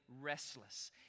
Restless